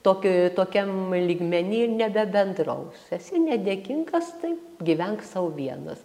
tokio tokiam lygmeny ir nebebendraus esi nedėkingas tai gyvenk sau vienas